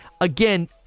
again